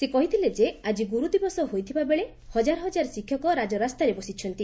ସେ କହିଥିଲେ ଯେ ଆକି ଗୁରୁଦିବସ ହୋଇଥିବା ବେଳେ ହଜାର ହଜାର ଶିକ୍ଷକ ରାଜରାସ୍ତାରେ ବସିଛନ୍ତି